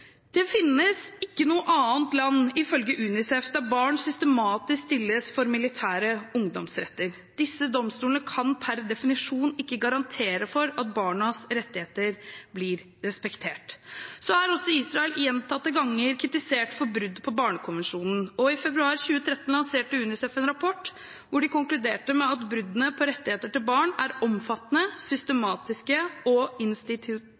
Det finnes ikke noe annet land, ifølge UNICEF, der barn systematisk stilles for militære ungdomsretter. Disse domstolene kan per definisjon ikke garantere for at barnas rettigheter blir respektert. Så er også Israel gjentatte ganger kritisert for brudd på Barnekonvensjonen. I februar 2013 lanserte UNICEF en rapport hvor de konkluderte med at bruddene på rettighetene til barn er omfattende, systematiske og